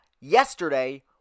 yesterday